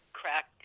crack